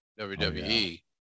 WWE